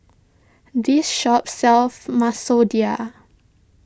this shop sells Masoor Dal